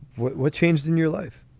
what what changed in your life?